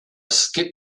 skip